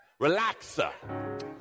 relaxer